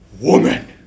woman